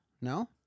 No